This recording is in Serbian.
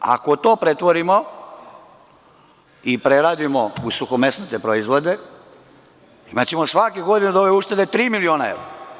Ako to pretvorimo i preradimo u suhomesnate proizvode, imaćemo svake godine od ove uštede 3.000.000 evra.